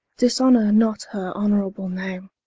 dishonor not her honorable name,